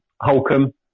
Holcomb